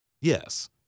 Yes